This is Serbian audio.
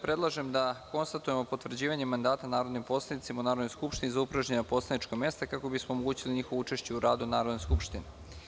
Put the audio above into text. Predlažem da konstatujemo potvrđivanje mandata narodnim poslanicima u Narodnoj skupštini za upražnjena poslanička mesta, kako bismo omogućili njihovo učešće u radu Narodne skupštine.